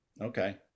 Okay